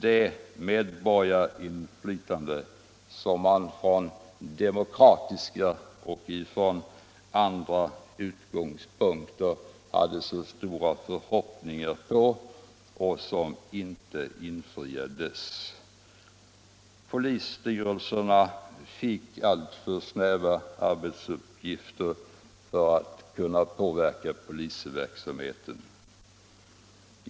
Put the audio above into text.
Det medborgarinflytande som man från demokratiska och andra utgångspunkter hade så stora förhoppningar på har förvisso inte förverkligats. Polisstyrelserna fick alltför snäva arbetsuppgifter för att kunna påverka polisverksamheten.